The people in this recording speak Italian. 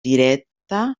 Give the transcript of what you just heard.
diretta